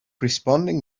responding